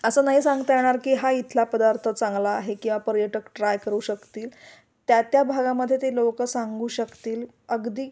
असं नाही सांगता येणार की हा इथला पदार्थ चांगला आहे किंवा पर्यटक ट्राय करू शकतील त्या त्या भागामध्येे ते लोकं सांगू शकतील अगदी